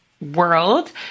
world